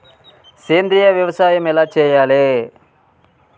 సేంద్రీయ వ్యవసాయం ఎలా చెయ్యాలే?